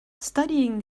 studying